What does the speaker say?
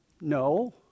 No